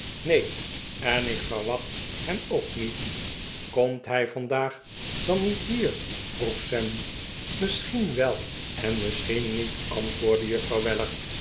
neen en ik verwacht hem ook niet komt hij vandaag dan niet hier vroeg sam misschien wel en misschien niet antwoordde juffrouw